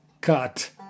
cut